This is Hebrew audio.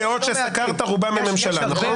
מבין המאות שסקרת רובם הם ממשלה, נכון?